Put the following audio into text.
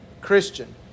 Christian